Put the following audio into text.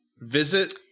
visit